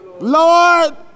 Lord